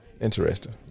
interesting